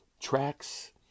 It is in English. tracks